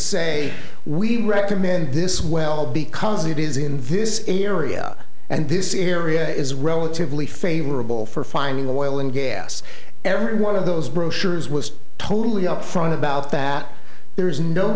say we recommend this well because it is in vis area and this area is relatively favorable for finding the oil and gas every one of those brochures was totally upfront about that there is no